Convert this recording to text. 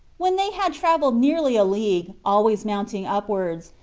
when they had travelled nearly a league always mounting upwards,